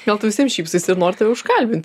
gal tu visiem šypsaisi ir nori tave užkalbinti